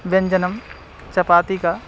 व्यञ्जनं चपातिका